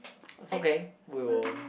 it's okay we'll